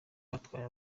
batwaye